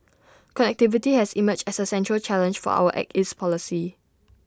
connectivity has emerged as A central challenge for our act east policy